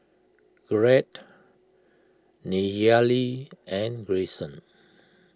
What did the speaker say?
Gregg Nayely and Greyson